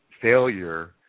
failure